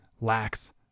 lacks